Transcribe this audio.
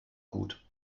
gut